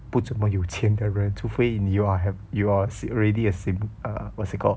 不怎么有钱的人除非 you are have you are already a s~ uh what's it called